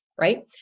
right